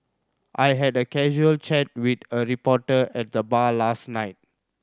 I had a casual chat with a reporter at the bar last night